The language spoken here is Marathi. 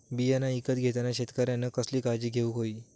बियाणा ईकत घेताना शेतकऱ्यानं कसली काळजी घेऊक होई?